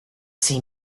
see